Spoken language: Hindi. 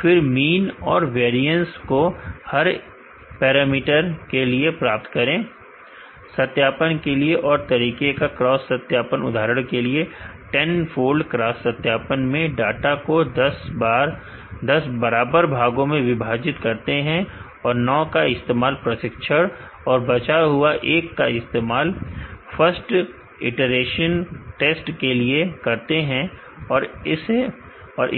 फिर मीन और वेरियस को हर मैं पैरामीटर के लिए प्राप्त करें सत्यापन के लिए और तरीके हैं क्रॉस सत्यापन उदाहरण के लिए टेनफोल्ड क्रॉस सत्यापन मैं डाटा को 10 बराबर भागों में विभाजित करते हैं और 9 का इस्तेमाल प्रशिक्षण और बचा हुआ एक का इस्तेमाल फर्स्ट इटरेशन टेस्ट के लिए करते हैं और